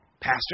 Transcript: pastor